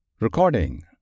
Recording